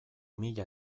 mila